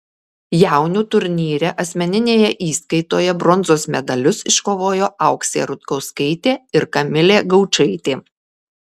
jaunių turnyre asmeninėje įskaitoje bronzos medalius iškovojo auksė rutkauskaitė ir kamilė gaučaitė